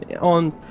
on